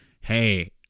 Hey